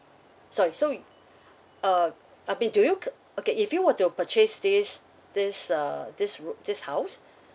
sorry so you uh I mean do you okay if you were to purchase this this uh this ro~ this house